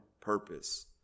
purpose